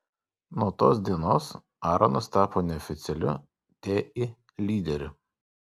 nuo tos dienos aronas tapo neoficialiu ti lyderiu